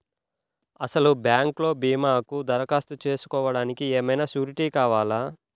అసలు బ్యాంక్లో భీమాకు దరఖాస్తు చేసుకోవడానికి ఏమయినా సూరీటీ కావాలా?